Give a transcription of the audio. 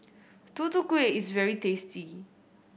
Tutu Kueh is very tasty